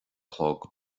chlog